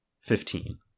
Fifteen